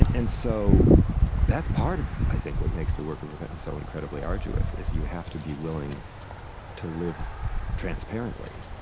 and and so that's part of, i think, what makes the work of repentance so incredibly arduous is you have to be willing to live transparently.